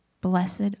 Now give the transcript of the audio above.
Blessed